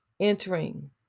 entering